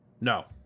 No